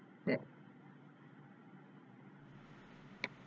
that